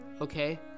okay